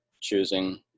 choosing